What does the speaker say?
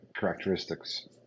characteristics